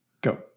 go